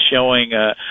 showing